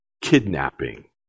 kidnapping